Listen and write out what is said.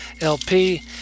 LP